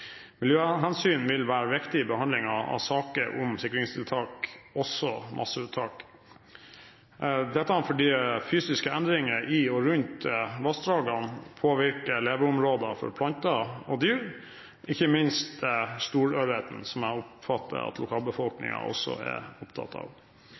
Miljøhensyn vil være viktig i behandlingen av saker om sikringstiltak, også masseuttak. Dette er fordi fysiske endringer i og rundt vassdragene påvirker leveområder for planter og dyr, ikke minst storørreten, som jeg oppfatter at